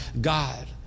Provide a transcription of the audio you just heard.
God